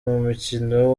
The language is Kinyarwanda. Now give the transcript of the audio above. mumukino